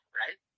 right